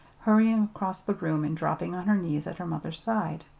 hurrying across the room and dropping on her knees at her mother's side.